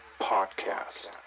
Podcast